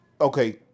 Okay